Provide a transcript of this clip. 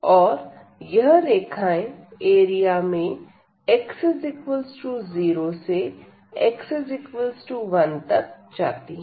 और यह रेखाएं एरिया में x0 से x1 तक जाती है